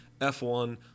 F1